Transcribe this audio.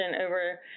over